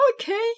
Okay